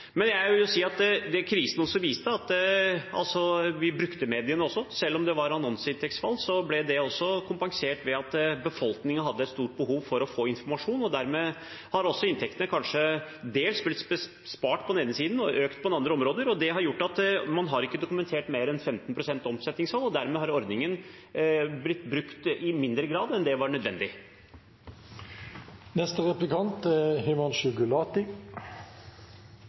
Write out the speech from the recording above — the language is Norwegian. krisen også viste, er at vi brukte mediene. Selv om det var annonseinntektsfall, ble det også kompensert ved at befolkningen hadde et stort behov for å få informasjon. Dermed har inntektene også kanskje dels blitt mindre på den ene siden og økt på andre områder, og det har samlet gjort at man ikke har dokumentert mer enn 15 pst. omsetningsfall. Dermed har ordningen blitt brukt i mindre grad enn det man antok var nødvendig. Jeg tror nok at kulturministeren og vi i Fremskrittspartiet deler mange av intensjonene bak loven, men vi er